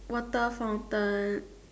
water fountain